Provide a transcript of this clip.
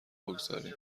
بگذاریم